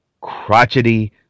crotchety